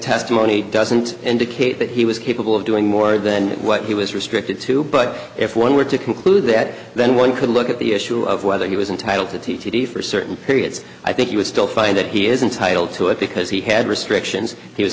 testimony doesn't indicate that he was capable of doing more than what he was restricted to but if one were to conclude that then one could look at the issue of whether he was entitle to t t t for certain periods i think he would still find that he is entitle to it because he had restrictions he was